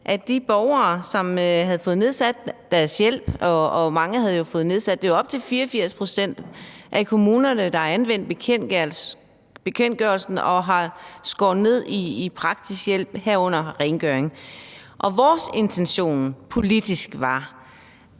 at de borgere, som havde fået nedsat deres hjælp – og mange havde jo fået den nedsat; det er op til 84 pct. af kommunerne, der har anvendt bekendtgørelsen og skåret ned på den praktiske hjælp, herunder rengøring – trængte til en